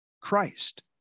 Christ